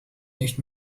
nicht